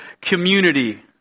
community